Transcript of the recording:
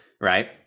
right